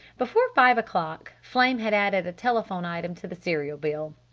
before five o'clock flame had added a telephone item to the cereal bill.